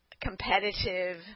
competitive